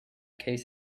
case